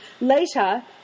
Later